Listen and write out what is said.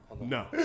No